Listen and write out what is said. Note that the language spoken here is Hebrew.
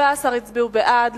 17 הצביעו בעד,